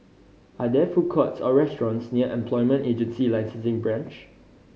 are there food courts or restaurants near Employment Agency Licensing Branch